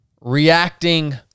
reacting